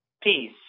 Peace